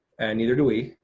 and neither do we.